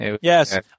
Yes